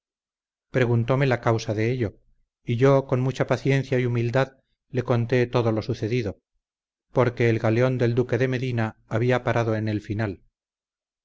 preguntóme la causa de ello y yo con mucha paciencia y humildad le conté todo lo sucedido porque el galeón del duque de medina había parado en el final